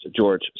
George